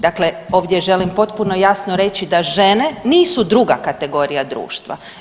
Dakle, ovdje želim potpuno jasno reći da žene nisu druga kategorija društva.